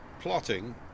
plotting